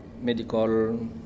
medical